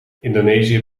indonesië